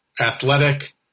athletic